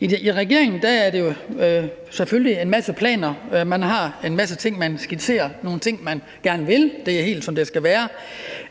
I regeringen har man selvfølgelig en masse planer om en masse ting, og man skitserer nogle ting, man gerne vil. Det er helt, som det skal være.